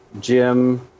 Jim